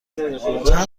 چند